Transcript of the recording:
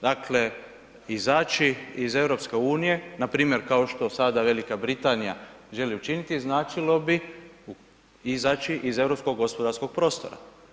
Dakle, izaći iz EU-a npr. kao što sada Velika Britanija želi učiniti, značilo bi izaći iz europskog gospodarskog prostora.